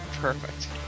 perfect